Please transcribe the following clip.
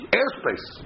airspace